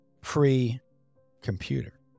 pre-computer